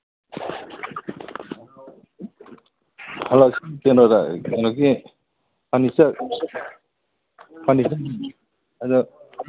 hello ꯀꯩꯅꯣꯗ ꯀꯩꯅꯣꯒꯤ furniture furniture ꯑꯗꯨ